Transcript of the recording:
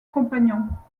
compagnons